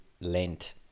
lent